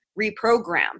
reprogram